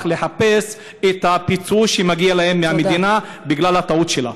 לחפש את הפיצוי שמגיע להם מהמדינה בגלל הטעות שלה.